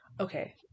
Okay